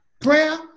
prayer